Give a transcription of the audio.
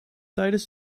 tijdens